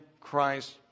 Christ